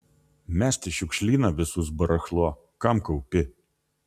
mest į šiukšlyną visus barachlo kam kaupi